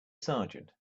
sergeant